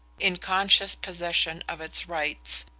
in conscious possession of its rights,